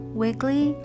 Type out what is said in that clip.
wiggly